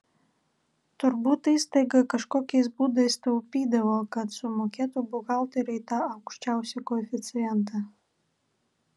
turbūt įstaiga kažkokiais būdais taupydavo kad sumokėtų buhalteriui tą aukščiausią koeficientą